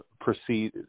proceed